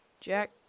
Jack